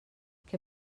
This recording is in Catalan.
què